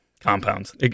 compounds